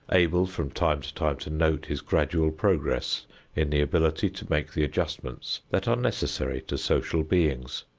able from time to time to note his gradual progress in the ability to make the adjustments that are necessary to social beings.